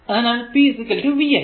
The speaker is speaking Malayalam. അതിനാൽ p vi